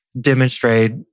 demonstrate